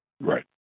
Right